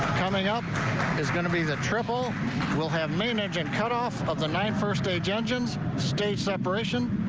um yeah um it's going to be the trouble will have main engine cut off of the nine first-stage engines state separation.